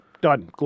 done